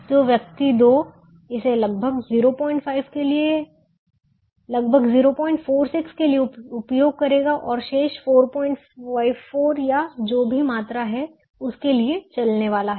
तो व्यक्ति 2 इसे लगभग 05 के लिए लगभग 046 के लिए उपयोग करेगा और शेष 454 या जो भी मात्रा हैं उसके लिए चलने वाला है